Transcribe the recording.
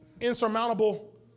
insurmountable